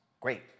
Great